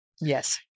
Yes